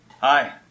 Hi